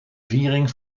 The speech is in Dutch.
viering